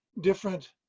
different